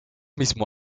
mismo